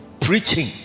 preaching